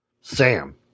Sam